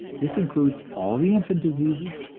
this includes all the infant diseases,